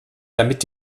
damit